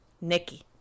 Nikki